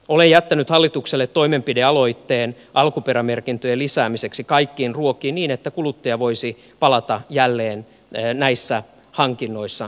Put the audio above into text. olen jättänyt hallitukselle toimenpidealoitteen alkuperämerkintöjen lisäämiseksi kaikkiin ruokiin niin että kuluttaja voisi palata jälleen näissä hankinnoissa kuninkaaksi